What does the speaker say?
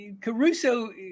Caruso